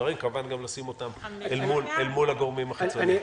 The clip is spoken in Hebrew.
הדברים וכמובן גם לשים אותם אל מול הגורמים החיצוניים.